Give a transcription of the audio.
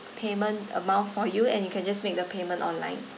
payment amount for you and you can just make the payment online